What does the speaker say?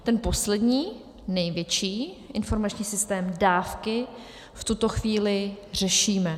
Ten poslední, největší informační systém Dávky v tuto chvíli řešíme.